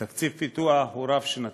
תקציב פיתוח הוא רב-שנתי.